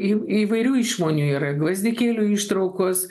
įv įvairių išmonių yra gvazdikėlių ištraukos